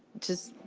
just,